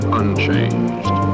unchanged